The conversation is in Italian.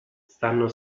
stanno